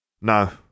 No